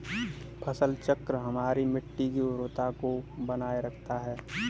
फसल चक्र हमारी मिट्टी की उर्वरता को बनाए रखता है